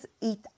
Eat